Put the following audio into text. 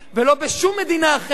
ולא בשום מדינה אחרת,